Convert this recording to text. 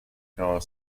her